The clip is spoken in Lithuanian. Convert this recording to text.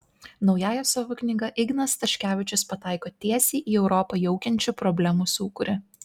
naująja savo knyga ignas staškevičius pataiko tiesiai į europą jaukiančių problemų sūkurį